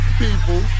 people